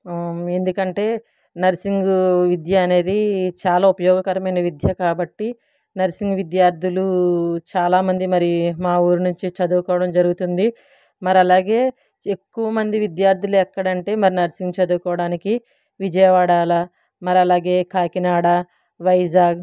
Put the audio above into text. ఎందుకంటే నర్సింగు విద్య అనేది చాలా ఉపయోగకరమైన విద్య కాబట్టి నర్సింగ్ విద్యార్థులు చాలామంది మరి మా ఊరు నుంచి చదువుకోవడం జరుగుతుంది మరి అలాగే ఎక్కువమంది విద్యార్థులు ఎక్కడంటే మరి నర్సింగ్ చదువుకోవడానికి విజయవాడ అలా మరి అలాగే కాకినాడ వైజాగ్